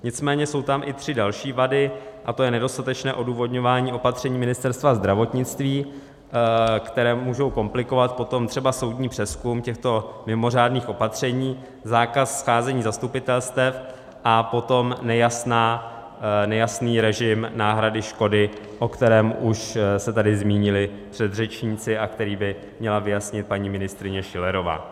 Nicméně jsou tam i tři další vady, a to je nedostatečné odůvodňování opatření Ministerstva zdravotnictví, která můžou komplikovat potom třeba soudní přezkum těchto mimořádných opatření, zákaz scházení zastupitelstev a potom nejasný režim náhrady škody, o kterém už se tady zmínili předřečníci a který by měla vyjasnit paní ministryně Schillerová.